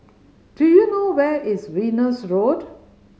do you know where is Venus Road